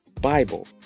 Bible